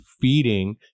feeding